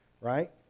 Right